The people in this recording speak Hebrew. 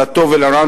לטוב ולרע,